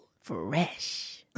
Fresh